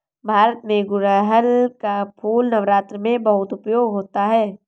भारत में गुड़हल का फूल नवरात्र में बहुत उपयोग होता है